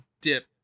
dip